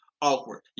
awkward